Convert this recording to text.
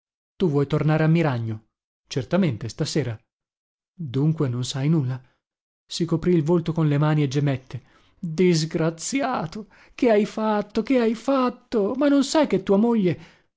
tu vuoi tornare a miragno certamente stasera dunque non sai nulla si coprì il volto con le mani e gemette disgraziato che hai fatto che hai fatto ma non sai che tua moglie